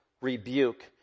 rebuke